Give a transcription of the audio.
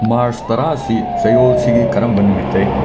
ꯃꯥꯔꯁ ꯇꯔꯥꯁꯤ ꯆꯌꯣꯜꯁꯤꯒꯤ ꯀꯔꯝꯕ ꯅꯨꯃꯤꯠꯇꯩ